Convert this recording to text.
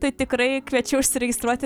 tai tikrai kviečiu užsiregistruoti